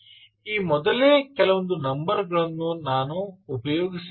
ಈ ಮೊದಲೇ ಕೆಲವೊಂದು ನಂಬರ್ ಗಳನ್ನು ನಾನು ಉಪಯೋಗಿಸಿದ್ದೇನೆ